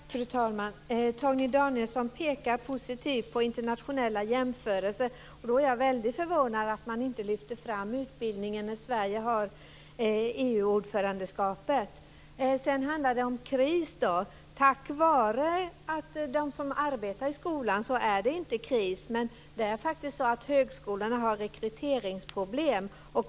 Fru talman! Torgny Danielsson pekar positivt på internationella jämförelser. Då är jag väldigt förvånad över att man inte lyfter fram utbildningen när Sverige har ordförandeskapet i EU. Sedan handlar det då om kris. Tack vare dem som arbetar i skolan är det inte kris, men det är faktiskt så att högskolorna har rekryteringsproblem.